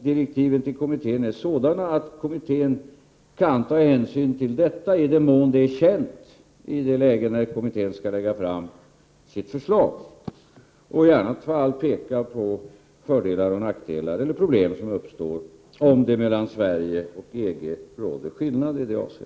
Direktiven till kommittén är sådana att den kan ta hänsyn till detta i den mån det är känt i det läge när kommittén skall lägga fram sitt förslag. I annat fall kan den peka på fördelar och nackdelar eller problem som kan uppstå om det råder skillnader i det avseendet mellan Sverige och EG.